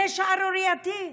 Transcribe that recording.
זה שערורייתי,